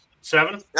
seven